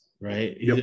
right